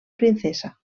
princesa